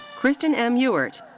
kristyn m. ewart.